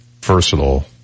versatile